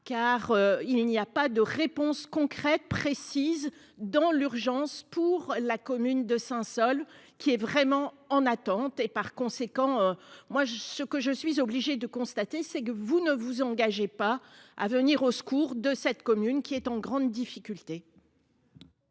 car il n'y a pas de réponse concrète précise dans l'urgence pour la commune de Saint-. Qui est vraiment en attente et par conséquent, moi je ce que je suis obligé de constater, c'est que vous ne vous engagez pas à venir au secours de cette commune qui est en grande difficulté.